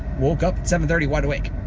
woke up at seven thirty wide awake,